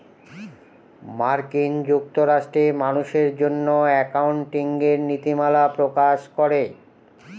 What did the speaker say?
মার্কিন যুক্তরাষ্ট্রে মানুষের জন্য একাউন্টিঙের নীতিমালা প্রকাশ করে